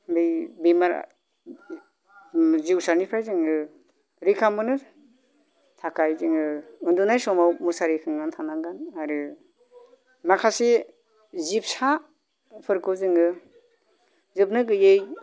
बै बेमारा जिउसानिफ्राय जोङो रैखा मोन्नो थाखाय जोङो उन्दुनाय समाव मुसारि सोंनानै थानांगोन आरो माखासे जिबसाफोरखौ जोङो जोबनो गैयै